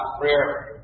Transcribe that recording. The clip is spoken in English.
prayer